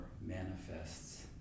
manifests